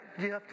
gift